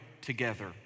together